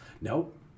Nope